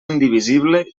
indivisible